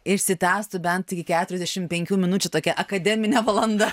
išsitęstų bent iki keturiasdešimt penkių minučių tokia akademinė valanda